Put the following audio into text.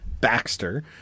Baxter